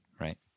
right